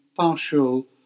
partial